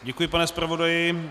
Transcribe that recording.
Děkuji, pane zpravodaji.